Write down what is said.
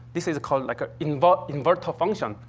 this is called, like, a inverse inverse function.